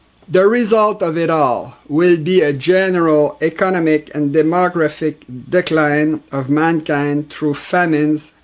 the result of it all will be a general economic and demographic decline of mankind through famines,